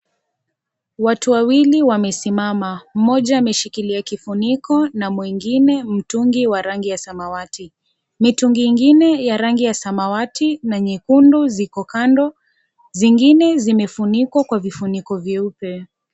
Watu wawili wamesimama. Mmoja ameshikilia kifuniko na mwengine mtungi wa rangi ya samawati. Mitungi ingine ya rangi ya samawati na nyekundu ziko kando. Zingine zimefunikwa kwa vifuniko vyeupe.